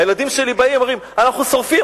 הילדים שלי באים, אומרים: אנחנו שורפים.